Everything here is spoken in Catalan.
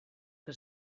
que